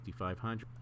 5,500